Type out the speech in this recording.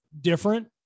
different